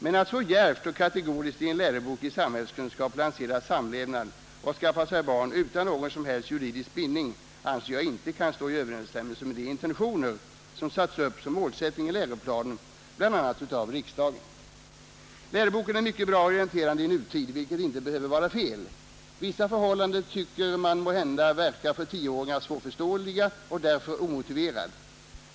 Men att så djärvt och kategoriskt i en lärobok i samhällskunskap lansera tanken att människor skall leva samman och skaffa sig barn utan någon som helst juridisk bindning anser jag inte kan stå i överensstämmelse med de idéer som satts upp som målsättning i läroplanen, bl.a. av riksdagen. Läroboken är mycket orienterande i nutid, vilket är bra. Vissa förhållanden tycker man måhända verkar för tioåringar svårförståeliga och därför omotiverade.